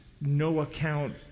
no-account